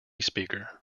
speaker